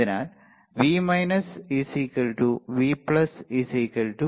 അതിനാൽ V V 0